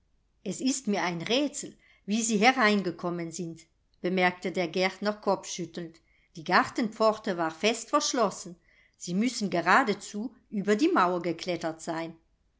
es ist mir ein rätsel wie sie hereingekommen sind bemerkte der gärtner kopfschüttelnd die gartenpforte war fest verschlossen sie müssen geradezu über die mauer geklettert sein